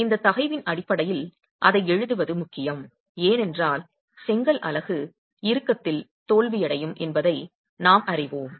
அந்த தகைவின் அடிப்படையில் அதை எழுதுவது முக்கியம் ஏனென்றால் செங்கல் அலகு இறுக்கத்தில் தோல்வியடையும் என்பதை நாம் அறிவோம்